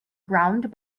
ground